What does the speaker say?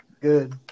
Good